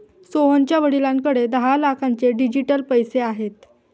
सोहनच्या वडिलांकडे दहा लाखांचे डिजिटल पैसे आहेत